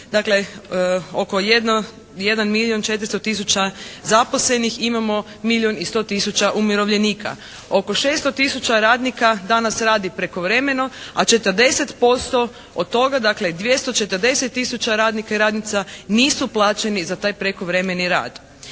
Dakle oko 1 milijun 400 tisuća zaposlenih. Imamo milijun i 100 tisuća umirovljenika. Oko 600 tisuća radnika danas radi prekovremeno a 40% od toga dakle 240 tisuća radnika i radnica nisu plaćeni za taj prekovremeni rad.